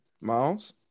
Miles